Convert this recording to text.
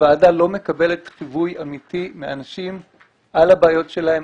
הוועדה לא מקבלת חיווי אמיתי מאנשים על הבעיות שלהם,